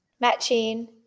Matching